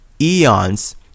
eons